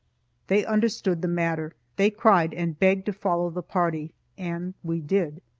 they understood the matter. they cried and begged to follow the party. and we did.